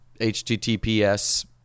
HTTPS